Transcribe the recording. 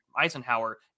Eisenhower